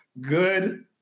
good